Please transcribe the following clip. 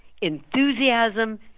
enthusiasm